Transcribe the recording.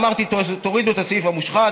אמרתי: תורידו את הסעיף המושחת,